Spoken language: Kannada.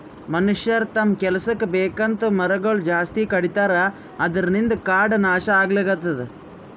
ಮನಷ್ಯರ್ ತಮ್ಮ್ ಕೆಲಸಕ್ಕ್ ಬೇಕಂತ್ ಮರಗೊಳ್ ಜಾಸ್ತಿ ಕಡಿತಾರ ಅದ್ರಿನ್ದ್ ಕಾಡ್ ನಾಶ್ ಆಗ್ಲತದ್